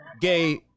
gay